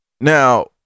Now